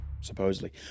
supposedly